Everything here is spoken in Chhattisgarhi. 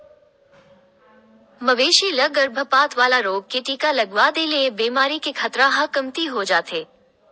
मवेशी ल गरभपात वाला रोग के टीका लगवा दे ले ए बेमारी के खतरा ह कमती हो जाथे